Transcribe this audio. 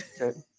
Okay